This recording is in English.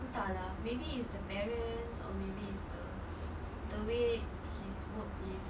entah lah maybe it's the parents or maybe it's the the way his work is